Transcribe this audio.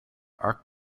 are